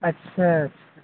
अच्छा अच्छा